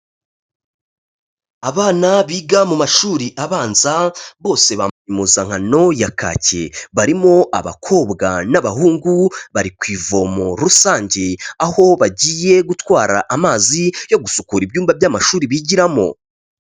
Abana biga mu mashuri abanza, bose bambaye impuzankano ya kaki, barimo abakobwa n'abahungu, bari ku ivomo rusange, aho bagiye gutwara amazi yo gusukura ibyumba by'amashuri bigiramo.